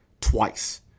twice